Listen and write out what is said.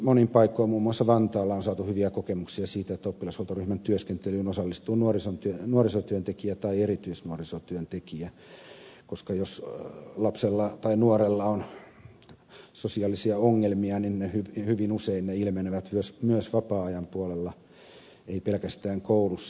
monin paikoin muun muassa vantaalla on saatu hyviä kokemuksia siitä että oppilashuoltoryhmän työskentelyyn osallistuu nuorisotyöntekijä tai erityisnuorisotyöntekijä koska jos lapsella tai nuorella on sosiaalisia ongelmia ne hyvin usein ilmenevät myös vapaa ajan puolella eivät pelkästään koulussa